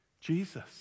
Jesus